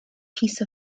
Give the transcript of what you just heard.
piece